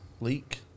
leak